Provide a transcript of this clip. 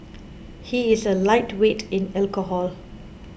he is a lightweight in alcohol